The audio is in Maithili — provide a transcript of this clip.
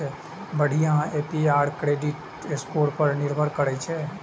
बढ़िया ए.पी.आर क्रेडिट स्कोर पर निर्भर करै छै